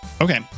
Okay